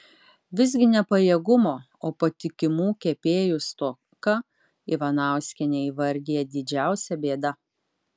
visgi ne pajėgumo o patikimų kepėjų stoką ivanauskienė įvardija didžiausia bėda